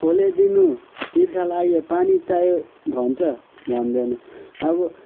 खोले दिनु तिर्खा लाग्यो पानी चाहियो भन्छ भन्दैन अब